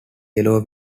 yellow